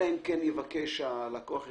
אלא אם כן הלקוח יבקש, אלא אם כן הלקוח יגיד: